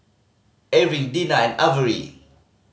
Erving Dena and Averi